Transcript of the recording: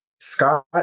Scott